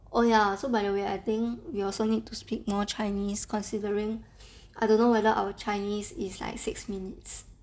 oh ya so by the way I think we also need to speak more chinese considering I don't know whether our chinese is like six minutes